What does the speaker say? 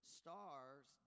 stars